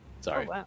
Sorry